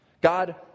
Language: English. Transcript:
God